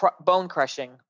bone-crushing